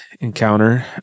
encounter